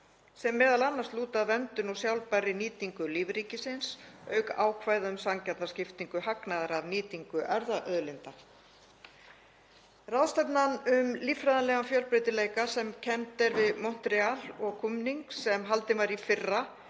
sem m.a. lúta að verndun og sjálfbærri nýtingu lífríkisins auk ákvæða um sanngjarna skiptingu hagnaðar af nýtingu erfðaauðlinda. Ráðstefnan um líffræðilegan fjölbreytileika sem kennd er við Montreal og Kunming, sem haldin var í fyrra,